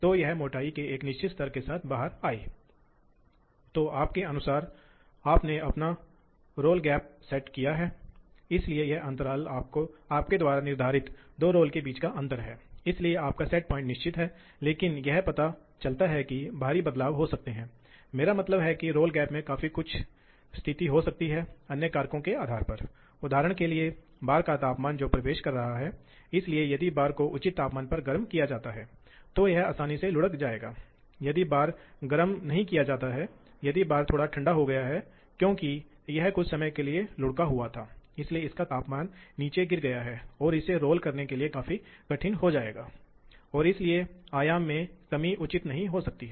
तो एक अर्थ में यह आप की तरह है यह जानता है कि यह पीएलसी की तरह है इसलिए यदि ए तो एक असली सीढ़ी तर्क आरेख की तरह भी सिर्फ एक है बस एक ग्राफिकल व्यवस्था सिखाता है ताकि जो लोग प्रोग्राम विकसित करते हैं वे लोग हैं डोमेन से वे इसे समझ सकते हैं इसलिए इसी तरह हम यहाँ भाग कार्यक्रम लिखते हैं इसलिए फिर अंत में ये भाग कार्यक्रम होने वाले हैं भाग कार्यक्रम से वास्तविक निष्पादन वास्तविक समय कार्यकारी जो दो ड्राइव को नियंत्रित करता है यह यह पढ़ता है भाग कार्यक्रम और फिर वास्तव में मशीन में विभिन्न गतिविधियों को चलाता है